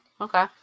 okay